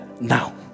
Now